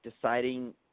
deciding